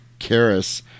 Karis